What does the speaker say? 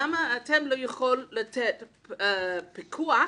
למה אתם לא יכולים לעשות פיקוח